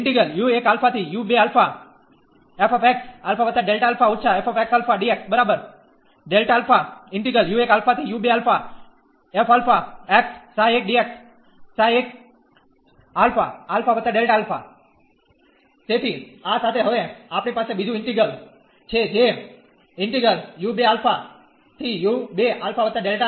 u2 α u 2 α ∫ f x α Δα −f x α dxΔ α ∫ f α x ξ 1dx ξ1 ∈ α α Δα u1 α u 1 α તેથી આ સાથે હવે આપણી પાસે બીજું ઇન્ટિગલ છે જેછે